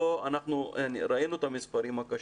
המספרים הקשים.